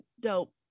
dope